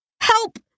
Help